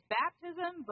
baptism